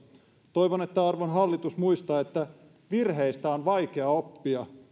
toivon että arvon hallitus muistaa että virheistä on vaikea oppia